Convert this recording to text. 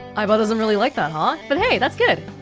aiba doesn't really like that, huh? but hey, that's good.